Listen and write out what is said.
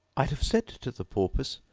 i'd have said to the porpoise,